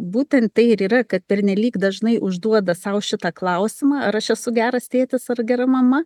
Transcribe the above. būtent tai ir yra kad pernelyg dažnai užduoda sau šitą klausimą ar aš esu geras tėtis ar gera mama